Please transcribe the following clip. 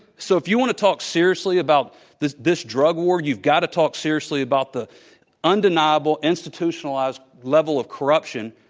so if you want to talk seriously about this this drug war, you've gotta talk seriously about the undeniable, institutionalized level of corruption,